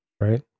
Right